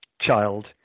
child